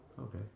Okay